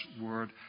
word